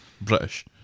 British